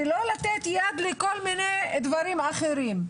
ולא לתת יד לכל מיני דברים אחרים.